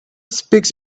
speaks